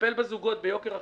לטפל בזוגות, ביוקר החתונות,